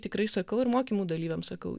tikrai sakau ir mokymų dalyviam sakau